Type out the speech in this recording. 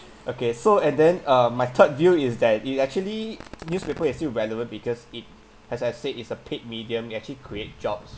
okay so and then uh my third view is that it actually newspaper is still relevant because it as I said it's a paid medium it actually create jobs